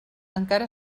encara